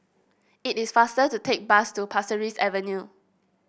it is faster to take bus to Pasir Ris Avenue